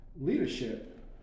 leadership